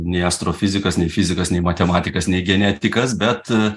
nei astrofizikas nei fizikas nei matematikas nei genetikas bet